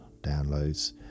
downloads